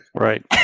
right